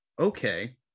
okay